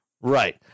Right